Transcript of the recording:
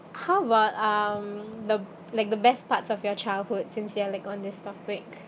how about um the like the best parts of your childhood since we're like on this topic